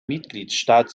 mitgliedstaat